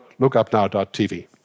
lookupnow.tv